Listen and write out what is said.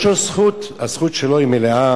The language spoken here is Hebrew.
יש לו זכות, הזכות שלו היא מלאה,